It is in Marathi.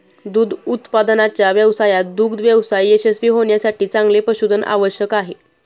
दूध उत्पादनाच्या व्यवसायात दुग्ध व्यवसाय यशस्वी होण्यासाठी चांगले पशुधन आवश्यक आहे